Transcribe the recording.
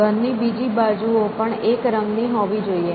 ઘન ની બીજી બાજુઓ પણ એક રંગની હોવી જોઈએ